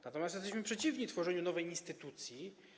Natomiast jesteśmy przeciwni tworzeniu nowej instytucji.